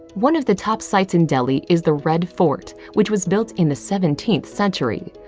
one of the top sights in delhi is the red fort, which was built in the seventeenth century.